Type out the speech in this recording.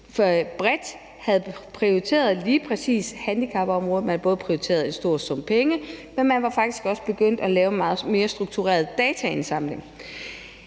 set bredt havde prioriteret lige præcis handicapområdet med både en stor sum penge, og man var faktisk også begyndt at lave en meget mere struktureret dataindsamling.